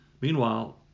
Meanwhile